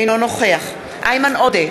אינו נוכח איימן עודה,